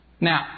Now